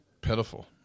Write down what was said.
pitiful